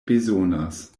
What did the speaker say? bezonas